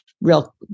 real